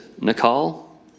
Nicole